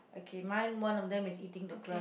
okay mine one of them is eating the grass